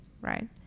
Right